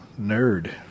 nerd